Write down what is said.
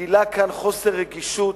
גילה כאן חוסר רגישות.